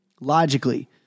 logically